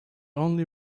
only